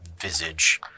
visage